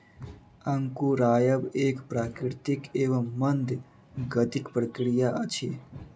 अंकुरायब एक प्राकृतिक एवं मंद गतिक प्रक्रिया अछि